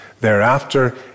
thereafter